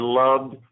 loved